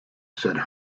said